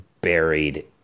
buried